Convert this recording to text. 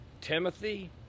Timothy